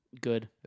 Good